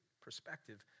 perspective